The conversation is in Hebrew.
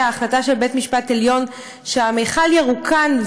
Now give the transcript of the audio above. החלטה של בית-המשפט העליון שהמכל ירוקן,